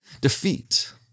defeat